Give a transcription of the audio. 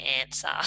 answer